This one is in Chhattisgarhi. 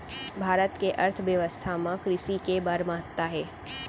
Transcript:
भारत के अर्थबेवस्था म कृसि के बड़ महत्ता हे